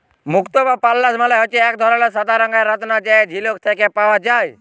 মুক্ত বা পার্লস মালে হচ্যে এক ধরলের সাদা রঙের রত্ন যেটা ঝিলুক থেক্যে পাওয়া যায়